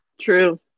True